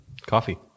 coffee